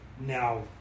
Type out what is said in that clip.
Now